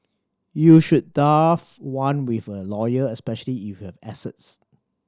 you should draft one with a lawyer especially if you have assets